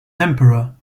emperor